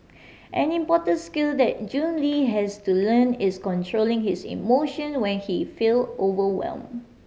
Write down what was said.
an important skill that Jun Le has to learn is controlling his emotion when he feel overwhelm